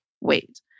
wait